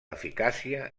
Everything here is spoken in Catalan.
eficàcia